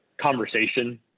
conversation